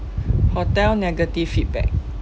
hotel negative feedback